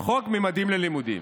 חוק ממדים ללימודים.